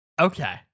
okay